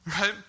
Right